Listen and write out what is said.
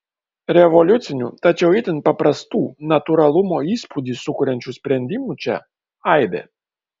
revoliucinių tačiau itin paprastų natūralumo įspūdį sukuriančių sprendimų čia aibė